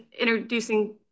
introducing